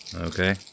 Okay